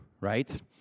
right